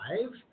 five